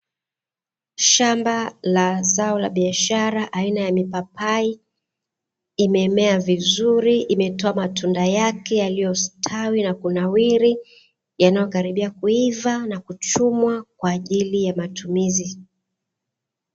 Shamba la zao la biashara aina ya mipapai; imemea vizuri, imetoa matunda yake yaliyostawi na kunawiri yanayokaribia kuiva na kuchumwa kwa ajili ya matumizi.